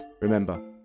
Remember